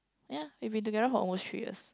ya we've been together almost three years